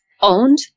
owned